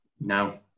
no